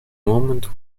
moment